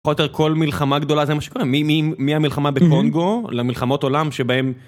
שלום מה נשמע איך אתה מרגיש זה בדיקה של תמלול בעברית